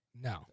No